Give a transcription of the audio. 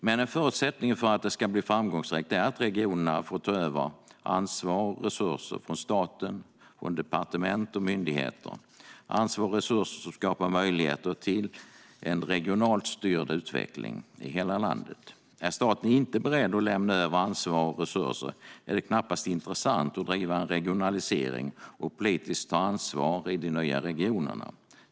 Men en förutsättning för att den ska bli framgångsrik är att regionerna får ta över ansvar och resurser från staten, departement och myndigheter. Ansvar och resurser skapar möjligheter till en regionalt styrd utveckling i hela landet. Om staten inte är beredd att lämna över ansvar och resurser är det knappast intressant att driva en regionalisering och politiskt ta ansvar i de nya regionerna.